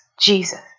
Jesus